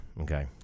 Okay